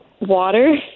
Water